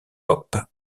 pop